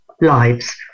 lives